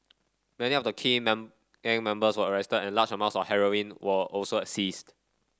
many of the key gang members were arrested and large amounts of heroin were also seized